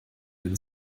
wenn